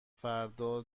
فردا